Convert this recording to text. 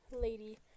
Lady